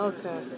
Okay